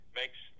makes